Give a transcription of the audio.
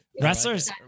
Wrestlers